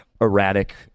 erratic